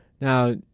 Now